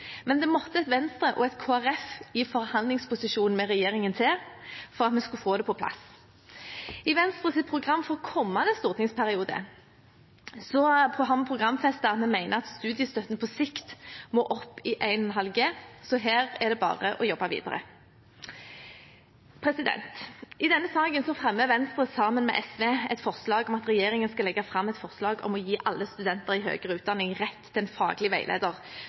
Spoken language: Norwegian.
men det måtte et Venstre og Kristelig Folkeparti i forhandlingsposisjon med regjeringen til for å få det på plass. I Venstres program for kommende stortingsperiode har vi programfestet at studiestøtten på sikt må opp i 1,5 G, så her er det bare å jobbe videre. I denne saken fremmer Venstre, sammen med SV, et forslag om at regjeringen skal legge fram et forslag om å gi alle studenter i høyere utdanning rett til en faglig veileder